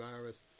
virus